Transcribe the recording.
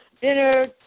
dinner